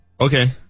Okay